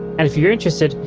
and if you're interested,